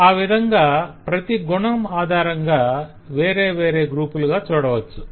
ఆ విధంగా ప్రతి గుణం ఆధారంగా వేరేవేరే గ్రూపులుగా చూడవచ్చు